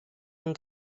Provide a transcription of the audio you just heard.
and